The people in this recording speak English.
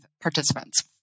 participants